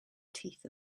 teeth